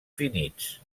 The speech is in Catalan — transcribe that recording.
finits